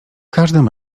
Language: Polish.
każdym